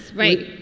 right?